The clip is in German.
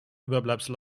überbleibsel